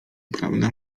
prawda